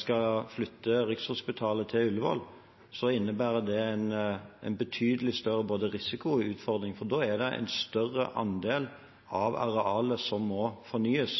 skal flytte Rikshospitalet til Ullevål, innebærer det en betydelig større både risiko og utfordring, for da er det en større andel av arealet som må fornyes.